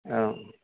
हाँ